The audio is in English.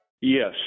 Yes